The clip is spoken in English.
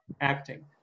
acting